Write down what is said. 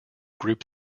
group